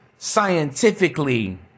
Scientifically